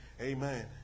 Amen